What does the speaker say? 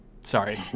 Sorry